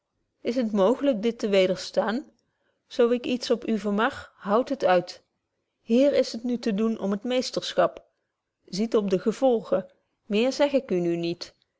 is t mooglyk dit te wederstaan zo ik iets op u vermag houdt het uit hier is het nu te doen om het meesterschap ziet op de gevolgen meer zeg ik nu niet